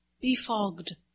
Befogged